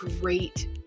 great